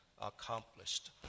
accomplished